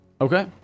Okay